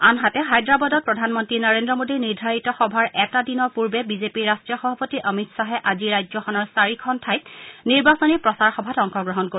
আনহাতে হায়দৰাবাদত প্ৰধানমন্তী নৰেন্দ্ৰ মোডীৰ নিৰ্ধাৰিত সভাৰ এটা দিনৰ পূৰ্বে বিজেপিৰ ৰাষ্ট্ৰীয় সভাপতি অমিত শ্বাহে আজি ৰাজ্যখনৰ চাৰিখন ঠাইত নিৰ্বাচনী প্ৰচাৰ সভাত অংশগ্ৰহণ কৰিব